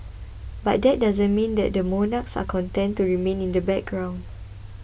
but that doesn't mean that the monarchs are content to remain in the background